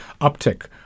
uptick